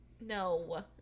no